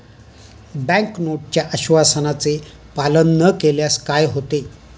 Bank नोटच्या आश्वासनाचे पालन न केल्यास काय होते?